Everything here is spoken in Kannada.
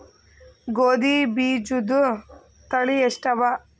ಗೋಧಿ ಬೀಜುದ ತಳಿ ಎಷ್ಟವ?